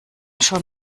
schon